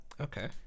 Okay